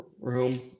room